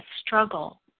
struggle